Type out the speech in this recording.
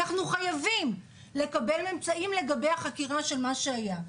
אנחנו חייבים לקבל ממצאים לגבי החקירה של מה שהיה,